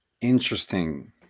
Interesting